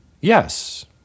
yes